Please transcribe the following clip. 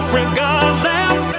regardless